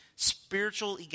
spiritual